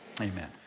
amen